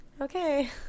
Okay